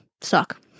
suck